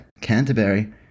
Canterbury